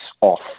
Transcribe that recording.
off